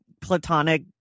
platonic